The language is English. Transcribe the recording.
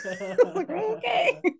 Okay